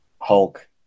Hulk